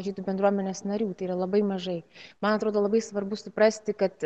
žydų bendruomenės narių tai yra labai mažai man atrodo labai svarbu suprasti kad